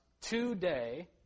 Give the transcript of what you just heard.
today